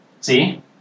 See